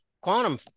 quantum